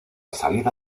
salida